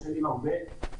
של יושב-הראש,